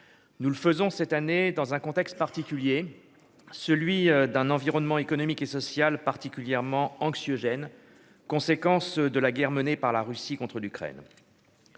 Nous le faisons cette année dans un contexte particulier, celui d'un environnement économique et sociale particulièrement anxiogène, conséquence de la guerre menée par la Russie contre l'Ukraine.